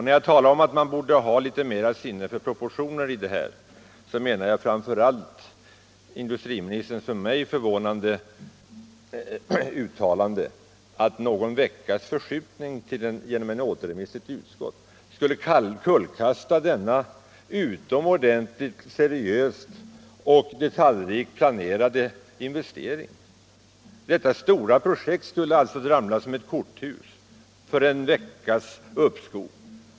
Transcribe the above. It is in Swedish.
När jag sade att man borde ha litet mera sinne för proportioner tänkte jag framför allt på industriministerns för mig förvånande uttalande att någon veckas förskjutning genom en återremiss av ärendet till utskottet skulle kullkasta denna utomordentligt seriöst och detaljrikt planerade investering. Detta stora projekt skulle alltså ramla som ett korthus för en veckas uppskov!